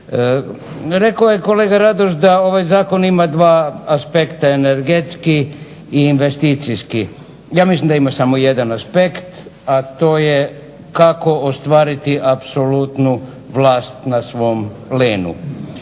Rekao je kolega Radoš da ovaj zakon ima dva aspekta, energetski i investicijski. Ja mislim da ima samo jedan aspekt a to je kako ostvariti apsolutnu vlast na svom plijenu.